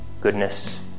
goodness